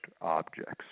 objects